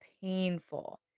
painful